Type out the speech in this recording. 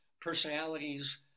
personalities